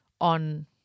on